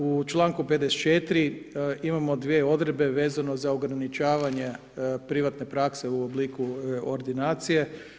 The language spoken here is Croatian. U čl. 54. imamo dvije odredbe vezano za ograničavanje privatne prakse u obliku ordinacije.